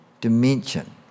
dimension